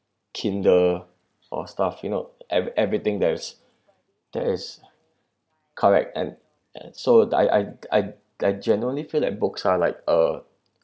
kindle or stuff you know ev~ everything there is there is correct and and so I I I genuinely feel that books are like uh